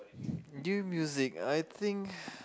new music I think